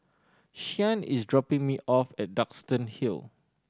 Shyann is dropping me off at Duxton Hill